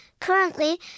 Currently